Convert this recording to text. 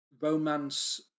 romance